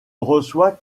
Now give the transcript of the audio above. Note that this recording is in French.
reçoit